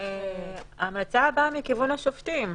ההמלצה באה מכיוון השופטים,